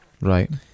Right